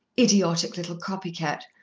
idiotic little copy-cat!